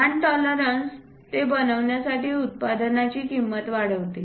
लहान टॉलरन्स ते बनवण्यासाठी उत्पादनाची किंमत वाढवते